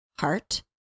heart